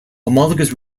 homologous